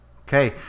Okay